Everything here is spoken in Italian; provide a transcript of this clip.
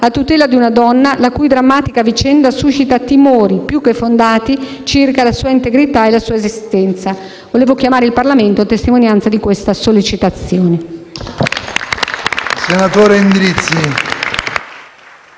a tutela di una donna la cui drammatica vicenda suscita timori più che fondati circa la sua integrità e la sua stessa esistenza. Vorrei quindi chiamare il Parlamento a testimonianza di questa sollecitazione.